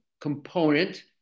component